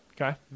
Okay